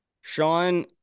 sean